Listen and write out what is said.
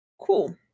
Cool